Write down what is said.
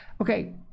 Okay